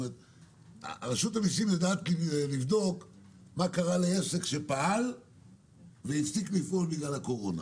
רשות המיסים יודעת לבדוק מה קרה לעסק שפעל והפסיק לפעול בגלל הקורונה.